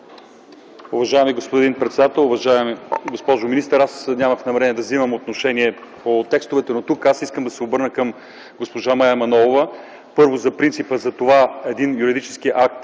Уважаеми господин председател, уважаема госпожо министър! Аз нямах намерение да вземам отношение по текстовете, но тук искам да се обърна към госпожа Мая Манолова: първо, за принципа един юридически акт